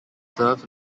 served